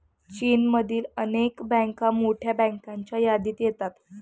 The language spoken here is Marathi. चीनमधील अनेक बँका मोठ्या बँकांच्या यादीत येतात